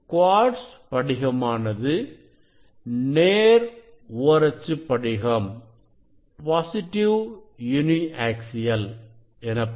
quartz படிகமானது நேர் ஓரச்சுப் படிகம் எனப்படும்